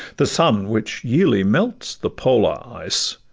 the sun, which yearly melts the polar ice,